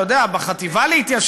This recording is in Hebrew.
אתה צודק, אתה יודע, בחטיבה להתיישבות,